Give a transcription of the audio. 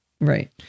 Right